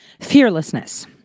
Fearlessness